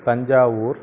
Thanjavur